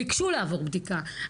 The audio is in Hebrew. ביקשו לעבור בדיקה,